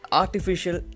artificial